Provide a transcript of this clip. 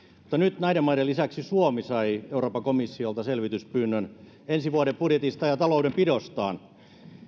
nyt näiden maiden lisäksi suomi sai euroopan komissiolta selvityspyynnön ensi vuoden budjetista ja taloudenpidostaan